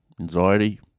Anxiety